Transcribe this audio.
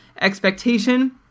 expectation